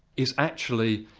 is actually,